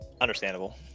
Understandable